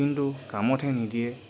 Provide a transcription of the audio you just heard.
কিন্তু কামতহে নিদিয়ে